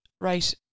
right